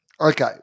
Okay